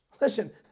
Listen